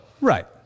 Right